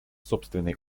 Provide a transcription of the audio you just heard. собственный